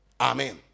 Amen